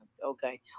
okay